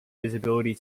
visibility